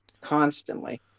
constantly